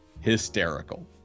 hysterical